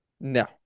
No